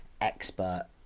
expert